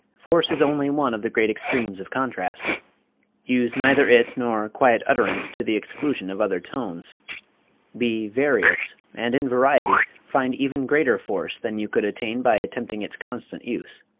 force is only one of the great extremes of contrast use neither it nor quiet utterance to the exclusion of other tones be various, and in variety find even greater force than you could attain by attempting its constant use.